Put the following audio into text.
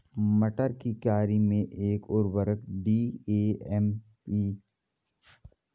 मटर की एक क्यारी में कितना उर्वरक डी.ए.पी एम.ओ.पी एन.पी.के का अनुपात होना चाहिए?